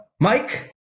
Mike